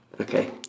Okay